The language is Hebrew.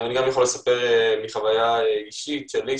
אני יכול לספר מהחוויה אישית שלי,